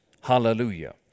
Hallelujah